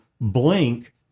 blink